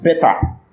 better